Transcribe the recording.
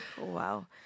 Wow